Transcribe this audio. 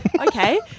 okay